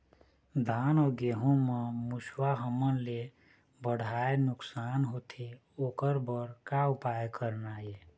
धान अउ गेहूं म मुसवा हमन ले बड़हाए नुकसान होथे ओकर बर का उपाय करना ये?